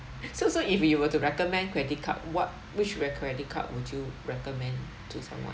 so so if you were to recommend credit card what which credit card would you recommend to someone